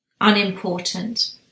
unimportant